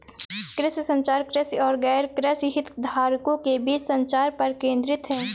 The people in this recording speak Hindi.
कृषि संचार, कृषि और गैरकृषि हितधारकों के बीच संचार पर केंद्रित है